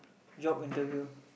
job interview